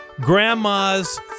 Grandma's